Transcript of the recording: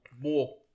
more